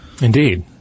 Indeed